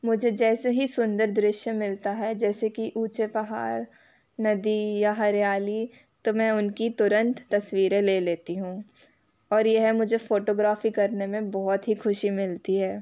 मुझे जैसे ही सुंदर दृश्य मिलता है जैसे कि ऊँचे पहाड़ नदी या हरियाली तो मैं उनकी तुरंत तस्वीरें ले लेती हूँ और यह मुझे फ़ोटोग्राफी करने में बहुत ही खुशी मिलती है